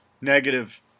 negative